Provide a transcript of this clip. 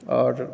आओर